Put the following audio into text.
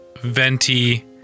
venti